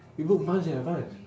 we book months in advance